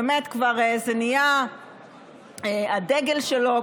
זה כבר נהיה הדגל שלו.